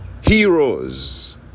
heroes